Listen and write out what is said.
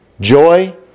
joy